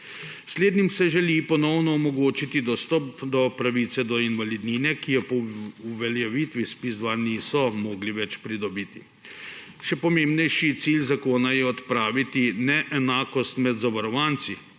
Slednjim se želi ponovno omogočiti dostop do pravice do invalidnine, ki je po uveljavitvi ZPIZ-2 niso mogli več pridobiti. Še pomembnejši cilj zakona je odpraviti neenakost med zavarovanci,